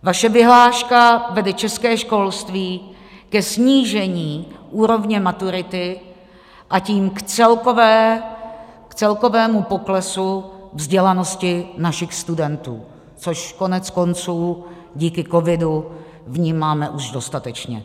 Vaše vyhláška vede české školství ke snížení úrovně maturity, a tím k celkovému poklesu vzdělanosti našich studentů, což koneckonců díky covidu vnímáme už dostatečně.